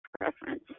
preference